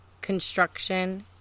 construction